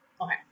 okay